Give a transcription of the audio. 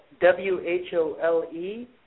W-H-O-L-E